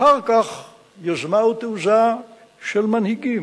אחר כך יוזמה ותעוזה של מנהיגים,